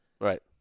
right